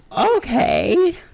Okay